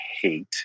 hate